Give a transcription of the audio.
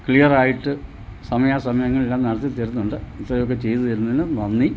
clear ആയിട്ടു സമയാ സമയങ്ങളിൽ എല്ലാം നടത്തി തരുന്നുണ്ട് ഇത്രയൊക്കെ ചെയ്തു തരുന്നതിനു നന്ദി